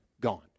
gone